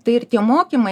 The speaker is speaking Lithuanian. tai ir tie mokymai